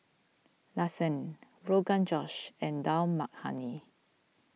Lasagne Rogan Josh and Dal Makhani